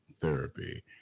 Therapy